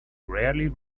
rarely